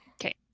okay